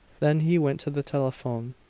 then he went to the telephone,